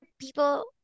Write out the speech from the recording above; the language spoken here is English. people